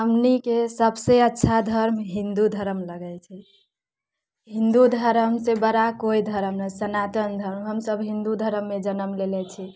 हमनीके सबसँ अच्छा धर्म हिन्दू धर्म लगै छै हिन्दू धर्मसँ बड़ा कोइ धर्म नहि सनातन धर्म हमसब हिन्दू धर्ममे जनम लेने छी